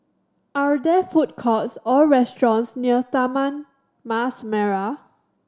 are there food courts or restaurants near Taman Mas Merah